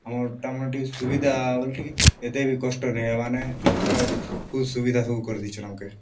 ଆମର୍ ତାମାନେ ଟିକେ ସୁବିଧା ବୋଲି ଟିକେ ଏତେ ବି କଷ୍ଟ ନେଇ ହେବା ନି ପୁରା ଫୁଲ୍ ସୁବିଧା ସବୁ କରି ଦେଇଛନ୍ ଆମ୍କେ